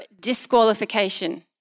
disqualification